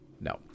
no